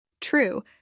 True